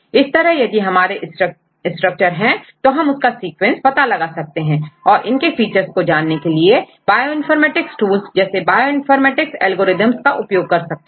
इस तरह यदि हमारे पास स्ट्रक्चर है तो हम उसका सीक्वेंस पता कर सकते हैं और इनके फीचर्स को जानने के लिए बायोइनफॉर्मेटिक्स टूल्स जैसे बायोइनफॉर्मेटिक्स एल्गोरिदम का उपयोग कर सकते हैं